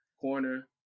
Corner